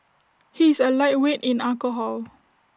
he is A lightweight in alcohol